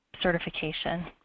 certification